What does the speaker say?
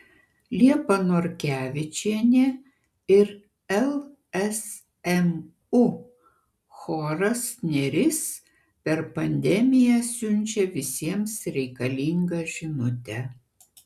liepa norkevičienė ir lsmu choras neris per pandemiją siunčia visiems reikalingą žinutę